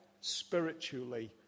spiritually